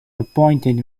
appointed